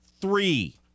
Three